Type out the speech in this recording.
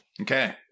Okay